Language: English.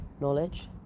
knowledge